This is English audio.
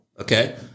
Okay